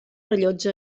rellotge